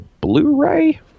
Blu-ray